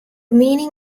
meaning